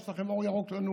יש לכם אור ירוק לנוע,